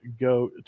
go